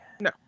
No